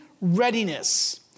readiness